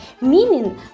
meaning